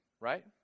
right